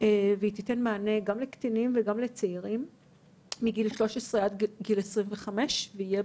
והיא תיתן מענה גם לקטינים וגם לצעירים מגיל 13 ועד גיל 25 ויהיה